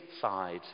side